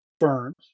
firms